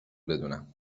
بدونم